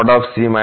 c n